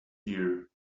ear